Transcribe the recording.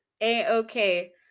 a-okay